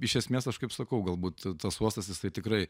iš esmės aš kaip sakau galbūt tas uostas jisai tikrai